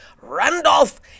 Randolph